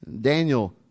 Daniel